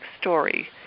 story